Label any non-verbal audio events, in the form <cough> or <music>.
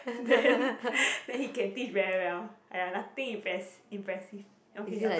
then <laughs> then he can teach very well !aiya! nothing impress~ impressive okay your turn